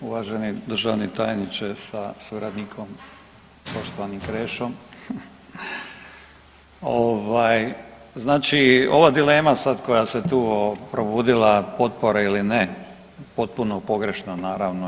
Uvaženi državni tajniče sa suradnikom, poštovani Krešo, ovaj znači ova dilema koja se tu provodila potpore ili ne, potpuno pogrešna naravno.